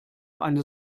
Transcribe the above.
eine